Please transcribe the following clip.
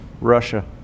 Russia